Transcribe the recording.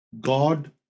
God